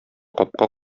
капка